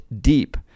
deep